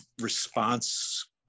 response